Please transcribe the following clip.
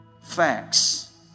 Facts